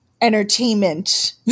entertainment